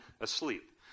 asleep